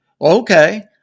okay